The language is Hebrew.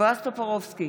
בועז טופורובסקי,